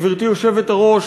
גברתי היושבת-ראש,